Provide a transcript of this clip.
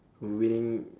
winning